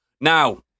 Now